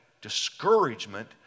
discouragement